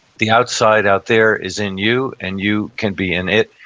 the outside out there is in you, and you can be in it.